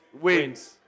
wins